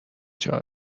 چرا